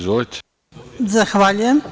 Zahvaljujem.